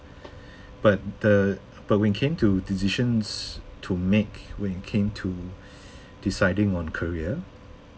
but the but when it came to decisions to make when it came to deciding on career